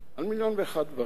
על מיליון ואחד דברים,